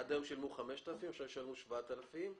עד היום שילמו 5,000 שקל ועכשיו ישלמו 7,000 שקל.